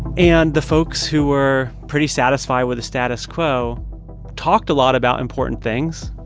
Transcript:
and the folks who were pretty satisfied with the status quo talked a lot about important things,